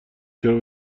چرا